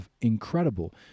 incredible